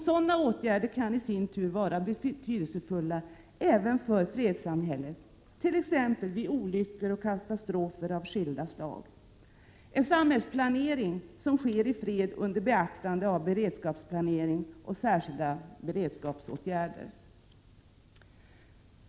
Sådana åtgärder kan i sin tur vara betydelsefulla även för fredssamhället t.ex. vid olyckor och katastrofer av skilda slag — en samhällsplanering som sker i fred under beaktande av beredskapsplanering och särskilda beredskapsåtgärder.